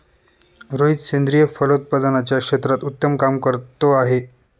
रोहित सेंद्रिय फलोत्पादनाच्या क्षेत्रात उत्तम काम करतो आहे